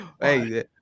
Hey